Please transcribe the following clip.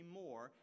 more